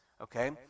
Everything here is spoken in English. okay